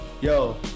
Yo